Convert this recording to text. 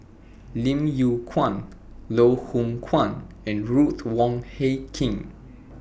Lim Yew Kuan Loh Hoong Kwan and Ruth Wong Hie King